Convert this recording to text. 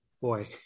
boy